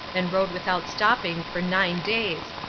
and rowed without stopping for nine days,